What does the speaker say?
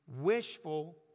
wishful